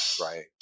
right